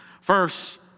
First